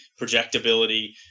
projectability